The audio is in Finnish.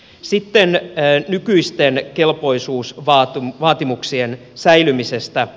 sitten nykyisten kelpoisuusvaatimuksien säilymisestä